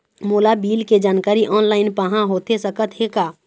मोला बिल के जानकारी ऑनलाइन पाहां होथे सकत हे का?